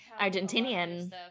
argentinian